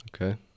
Okay